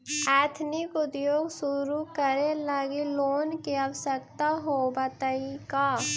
Ethnic उद्योग शुरू करे लगी लोन के आवश्यकता होतइ का?